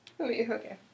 Okay